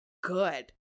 good